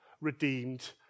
redeemed